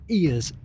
ears